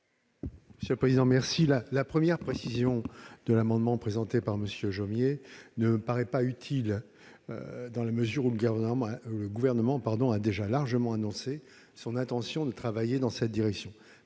de la commission ? La première précision que comporte l'amendement présenté par M. Jomier ne me paraît pas utile, dans la mesure où le Gouvernement a déjà largement annoncé son intention de travailler dans cette direction-